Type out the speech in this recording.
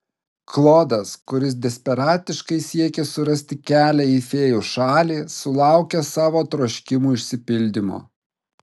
klodas kuris desperatiškai siekė surasti kelią į fėjų šalį sulaukė savo troškimų išsipildymo